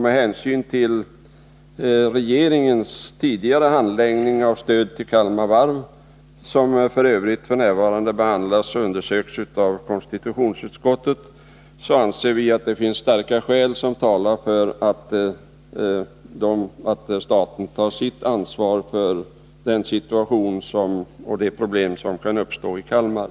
Med hänsyn till regeringens tidigare handläggning av stöd till Kalmar Varv, som f. ö. nu behandlas och undersöks av konstitutionsutskottet, anser vi att det finns starka skäl som talar för att staten tar sitt ansvar för den situation och de problem som kan uppstå i Kalmar.